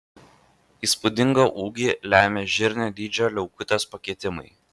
įspūdingą ūgį lemia žirnio dydžio liaukutės pakitimai